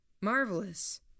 marvelous